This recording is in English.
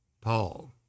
Paul